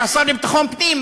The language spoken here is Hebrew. עם השר לביטחון פנים,